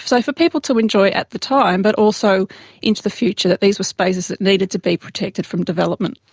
so for people to enjoy at the time but also into the future, that these were spaces that needed to be protected from development.